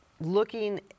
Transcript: Looking